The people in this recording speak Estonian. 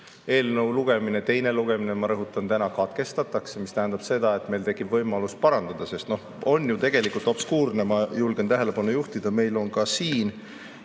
Eelnõu lugemine – teine lugemine, ma rõhutan – täna katkestatakse. See tähendab seda, et meil tekib võimalus parandada, sest on ju tegelikult obskuurne, ma julgen tähelepanu juhtida, et meil ka siin